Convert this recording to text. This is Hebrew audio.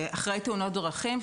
בקרב ילדים, אחרי תאונות דרכים.